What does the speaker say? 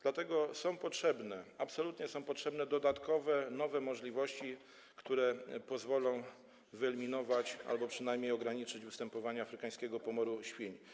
Dlatego są potrzebne, absolutnie są potrzebne dodatkowe, nowe możliwości, które pozwolą wyeliminować albo przynajmniej ograniczyć występowanie afrykańskiego pomoru świń.